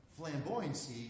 Flamboyancy